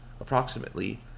approximately